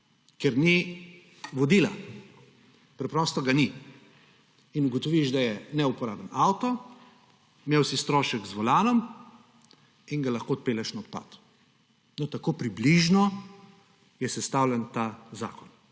ker ni vodila. Preprosto ga ni in ugotoviš, da je neuporaben avto, imel si strošek z volanom in ga lahko odpelješ na odpad. No, tako približno je sestavljen ta zakon,